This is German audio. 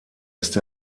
ist